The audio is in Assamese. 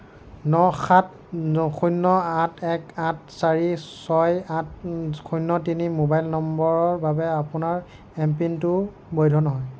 ন সাত শূণ্য আঠ এক আঠ চাৰি ছয় আঠ শূণ্য তিনি মোবাইল নম্বৰৰ বাবে আপোনাৰ এমপিনটো বৈধ নহয়